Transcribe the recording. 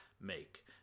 make